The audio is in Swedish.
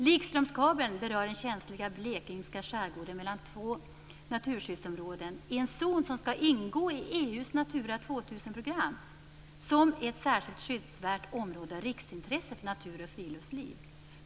Likströmskabeln berör den känsliga blekingska skärgården mellan två naturskyddsområden i en zon som skall ingå i EU:s Natura 2000 program som ett särskilt skyddsvärt område av riksintresse för natur och friluftsliv.